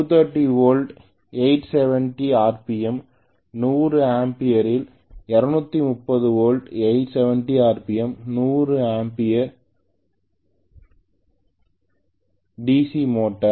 230 volt 870 RPM 100 amperes 230 volt 870 RPM 100 ampere separately எக்சைடட்ட DC motor